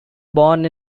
born